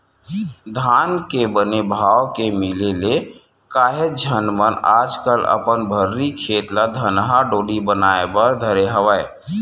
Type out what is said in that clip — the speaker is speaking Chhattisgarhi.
धान के बने भाव के मिले ले काहेच झन मन आजकल अपन भर्री खेत ल धनहा डोली बनाए बर धरे हवय